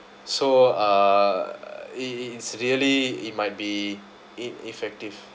so uh it it's really it might be ineffective